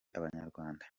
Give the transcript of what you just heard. abanyarwanda